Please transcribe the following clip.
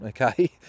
okay